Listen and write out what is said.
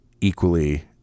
equally